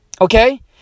Okay